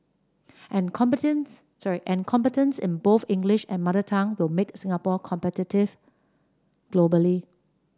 and competence sorry and competence in both English and mother tongue will make Singapore competitive globally